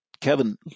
Kevin